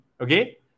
Okay